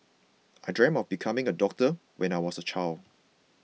I dreamt of becoming a doctor when I was a child